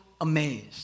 amazed